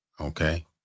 okay